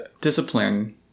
discipline